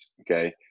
Okay